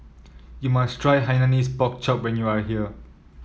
you must try Hainanese Pork Chop when you are here